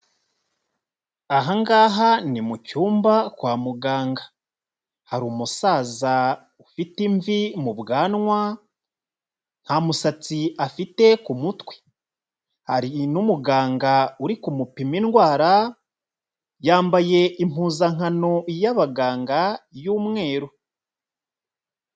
Aha ngaha ni mu cyumba kwa muganga, hari umusaza ufite imvi mu bwanwa, nta musatsi afite ku mutwe, hari n'umuganga uri kumupima indwara, yambaye impuzankano y'abaganga y'umweru.